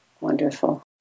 Wonderful